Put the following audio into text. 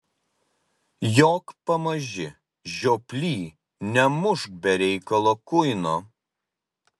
jok pamaži žioply nemušk be reikalo kuino